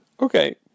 Okay